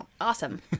Awesome